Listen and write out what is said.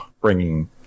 bringing